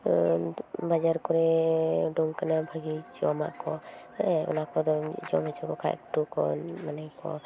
ᱵᱟᱡᱟᱨ ᱠᱚᱨᱮ ᱩᱰᱩᱝ ᱠᱟᱱᱟ ᱵᱷᱟᱹᱜᱤ ᱡᱚᱢᱟᱜ ᱠᱚ ᱦᱮᱸ ᱚᱱᱟᱠᱚᱫᱚ ᱡᱚᱢ ᱦᱚᱪᱚ ᱠᱚ ᱠᱷᱟᱱ ᱮᱠᱴᱩ ᱢᱟᱱᱮᱠᱚ